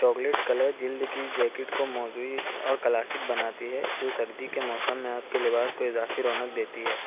chocolate colour جلد کی jacket کو موضوعی اور کلاسیک بناتی ہے جو سردی کے موسم میں آپ کے لباس کو اضافی رونق دیتی ہے